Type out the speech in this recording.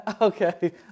okay